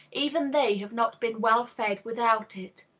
even they have not been well fed without it.